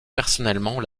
personnellement